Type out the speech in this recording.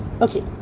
Okay